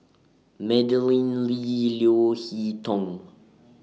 Madeleine Lee Leo Hee Tong